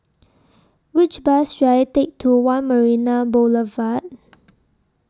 Which Bus should I Take to one Marina Boulevard